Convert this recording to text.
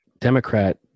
Democrat